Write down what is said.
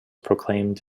proclaimed